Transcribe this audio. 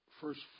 first